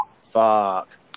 Fuck